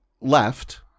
left –